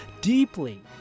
deeply